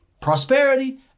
prosperity